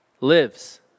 lives